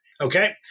Okay